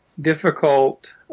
difficult